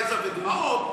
יזע ודמעות,